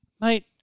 Mate